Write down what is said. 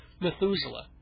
Methuselah